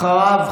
אחריו,